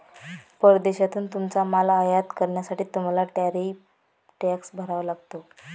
परदेशातून तुमचा माल आयात करण्यासाठी तुम्हाला टॅरिफ टॅक्स भरावा लागतो